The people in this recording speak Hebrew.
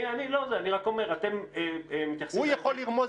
אני רק אומר, אתם מתייחסים להיבט